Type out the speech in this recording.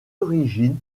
origines